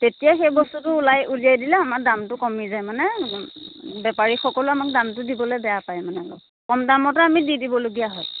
তেতিয়া সেই বস্তুটো ওলাই উলিয়াই দিলে আমাৰ দামটো কমি যায় মানে বেপাৰীসকলেও আমাক দামটো দিবলৈ বেয়া পায় মানে কম দামতে আমি দি দিবলগীয়া হয়